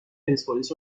پرسپولیس